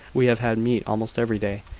we have had meat almost every day.